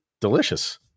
delicious